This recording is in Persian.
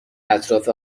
اطراف